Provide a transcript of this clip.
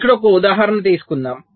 ఇక్కడ ఒక ఉదాహరణ తీసుకుందాం